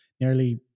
nearly